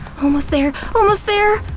almost there! almost there!